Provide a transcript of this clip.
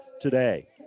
today